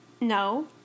No